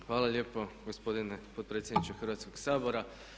Hvala lijepo gospodine potpredsjedniče Hrvatskog sabora.